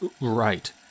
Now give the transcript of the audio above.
right